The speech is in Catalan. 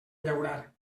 llaurar